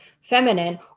feminine